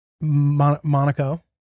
Monaco